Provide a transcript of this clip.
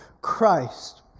Christ